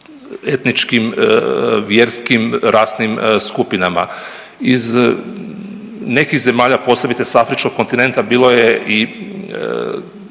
etničkim, vjerskim, rasnim skupinama. Iz nekih zemalja posebice iz Afričkog kontinenta bilo je i